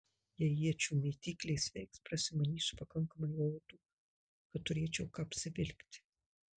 jei iečių mėtyklės veiks prasimanysiu pakankamai odų kad turėčiau ką apsivilkti